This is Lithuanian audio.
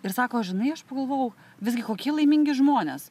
ir sako žinai aš pagalvojau visgi kokie laimingi žmonės